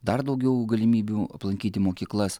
dar daugiau galimybių aplankyti mokyklas